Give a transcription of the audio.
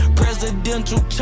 presidential